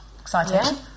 Excited